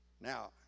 now